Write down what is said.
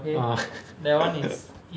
ah